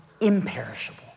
imperishable